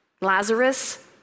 Lazarus